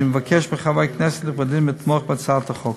אני מבקש מחברי הכנסת הנכבדים לתמוך בהצעת החוק.